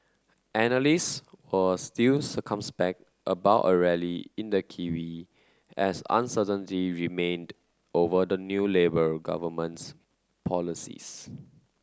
analysts were still circumspect about a rally in the kiwi as uncertainty remained over the new Labour government's policies